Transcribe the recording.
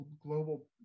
global